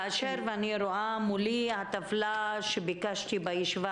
אני רואה מולי את הטבלה שביקשתי בישיבה